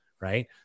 Right